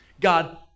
God